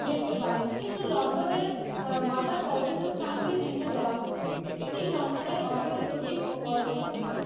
দেখতে পারেন কিন্তু লন্ডনের পর্যটন স্থানগুলি নিম্নে দেওয়া হল এটি লন্ডনের অগ্রণী প্রতীক ও পর্যটন স্থান